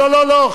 לא, לא.